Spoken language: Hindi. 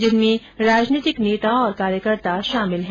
जिसमें राजनीतिक नेता और कार्यकर्ता शामिल हैं